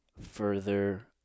further